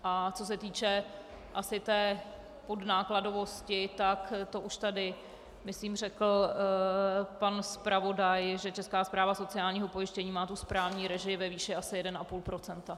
A co se týče asi té podnákladovosti, tak to už tady myslím řekl pan zpravodaj, že Česká správa sociálního pojištění má tu správní režii ve výši asi 1,5 %.